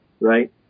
right